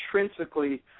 intrinsically